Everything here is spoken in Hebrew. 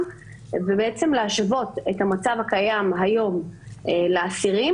ובעצם להשוות את המצב הקיים היום לאסירים,